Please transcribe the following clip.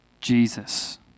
Jesus